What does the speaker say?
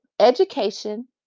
education